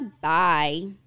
Bye